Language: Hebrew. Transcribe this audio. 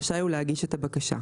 רשאי הוא להגיש את הבקשה.